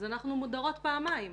אז אנחנו מודרות פעמיים.